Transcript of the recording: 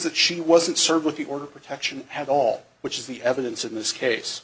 that she wasn't served with the order protection at all which is the evidence in this case